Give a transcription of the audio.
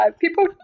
People